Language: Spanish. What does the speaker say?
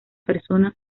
persona